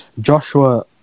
Joshua